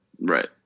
Right